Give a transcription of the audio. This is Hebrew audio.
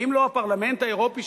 האם הפרלמנט האירופי,